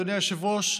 אדוני היושב-ראש,